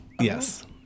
Yes